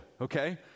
okay